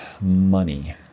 money